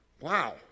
Wow